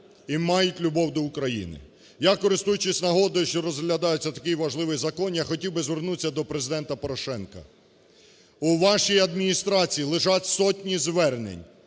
і мають любов до України. Я, користуючись нагодою, що розглядається такий важливий закон, я хотів би звернутися до Президента Порошенка. У вашій Адміністрації лежать сотні звернень